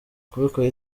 kubikora